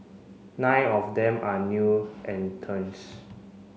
nine of them are new